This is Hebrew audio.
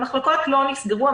המחלקות לא נסגרו.